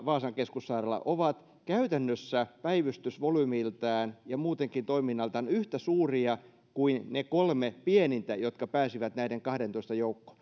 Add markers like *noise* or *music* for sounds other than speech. vaasan keskussairaala ovat käytännössä päivystysvolyymiltaan ja muutenkin toiminnaltaan yhtä suuria kuin ne kolme pienintä jotka pääsivät näiden kahteentoista joukkoon *unintelligible*